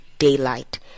daylight